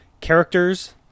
characters